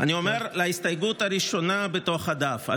ההסתייגות הראשונה בתוך הדף.